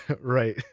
Right